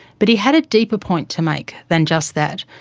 but he had a deeper point to make than just that.